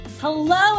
hello